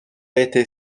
été